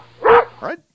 right